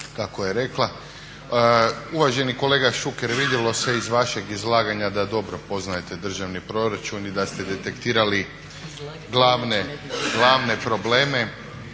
kako je rekla. Uvaženi kolega Šuker vidjelo se iz vašeg izlaganja da dobro poznajete državni proračun i da ste detektirali glavne probleme